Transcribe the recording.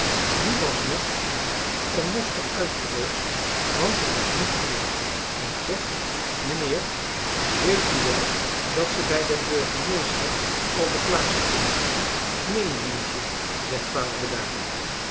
die was nog om mosterd uit geweest want er was niet genoeg en zegt mijnheer weet u wel dat ze bij den burgemeester al de glazen inslaan neen dientje zegt vader bedaard